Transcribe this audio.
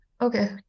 Okay